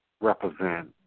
represent